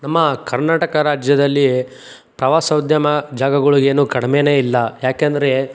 ನಮ್ಮ ಕರ್ನಾಟಕ ರಾಜ್ಯದಲ್ಲಿ ಪ್ರವಾಸೋದ್ಯಮ ಜಾಗಗಳಿಗೇನು ಕಡ್ಮೆಯೇ ಇಲ್ಲ ಏಕೆಂದ್ರೆ